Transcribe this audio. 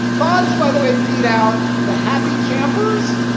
funds, by the way, beat out the happy campers,